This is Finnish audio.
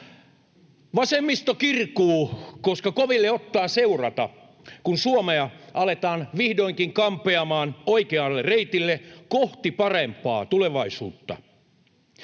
Vasemmisto kirkuu, koska koville ottaa seurata, kun Suomea aletaan vihdoinkin kampeamaan oikealle reitille kohti parempaa tulevaisuutta.